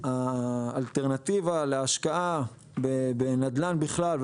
האלטרנטיבה להשקעה בנדל"ן בכלל,